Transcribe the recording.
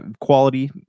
quality